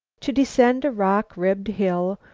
to descend a rock-ribbed hill,